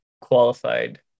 qualified